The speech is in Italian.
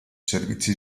servizi